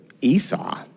Esau